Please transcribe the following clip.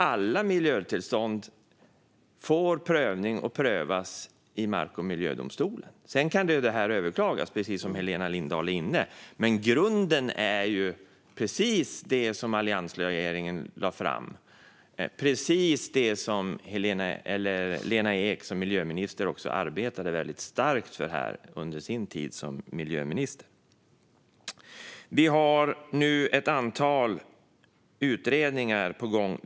Alla miljötillstånd prövas i mark och miljödomstolen. Sedan kan de överklagas, precis som Helena Lindahl är inne på, men grunden är precis det som alliansregeringen lade fram och som Lena Ek under sin tid som miljöminister arbetade väldigt starkt för. Vi har nu ett antal utredningar på gång.